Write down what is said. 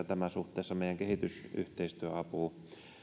tämä suhteessa meidän kehitysyhteistyöapuun